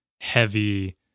heavy